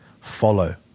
follow